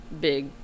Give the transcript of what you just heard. big